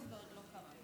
ועוד לא קרה.